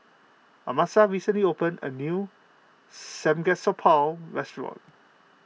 Amasa recently opened a new Samgyeopsal restaurant